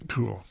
Cool